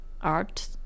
art